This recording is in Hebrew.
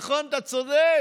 נכון, אתה צודק.